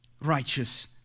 righteous